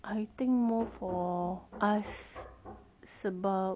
I think more for us about